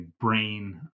brain